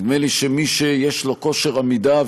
נדמה לי שמי שיש לו כושר עמידה,